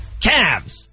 Cavs